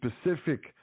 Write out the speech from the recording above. specific